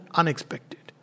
unexpected